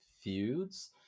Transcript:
feuds